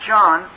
John